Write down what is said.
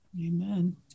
Amen